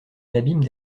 l’abîme